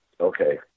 okay